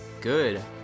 Good